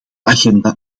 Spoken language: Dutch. agenda